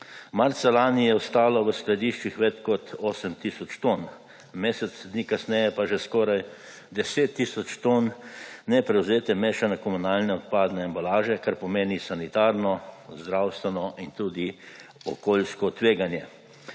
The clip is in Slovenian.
Marca lani je ostalo v skladiščih več kot 8 tisoč ton, mesec dni kasneje pa že skoraj 10 tisoč ton neprevzete mešane komunalne odpadne embalaže, kar pomeni sanitarno, zdravstveno in tudi okoljsko tveganje.